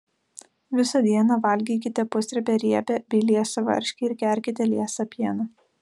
visą dieną valgykite pusriebę riebią bei liesą varškę ir gerkite liesą pieną